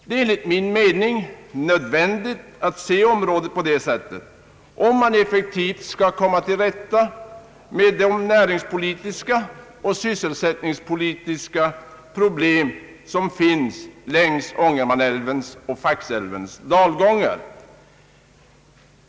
Det är enligt min mening nödvändigt att se området på detta sätt om man effektivt skall komma till rätta med de näringspolitiska och sysselsättningspolitiska problem som finns längs Ångermanälvens och Faxälvens dalgångar.